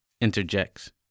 interjects